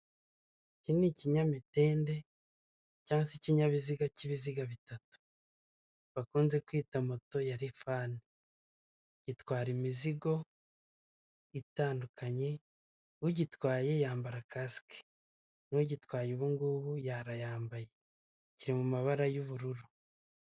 Iki ni ikinyamitende cyangwa ikinkinyabiziga cy'ibiziga bitatu, bakunze kwita moto ya rifani gitwara imizigo itandukanye ugitwaye yambara kasike n'ugitwaye ubungubu arayambaye kiri mu mabara y'ubururu.